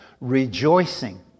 rejoicing